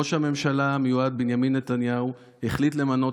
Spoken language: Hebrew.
ראש הממשלה המיועד בנימין נתניהו החליט למנות